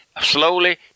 slowly